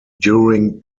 during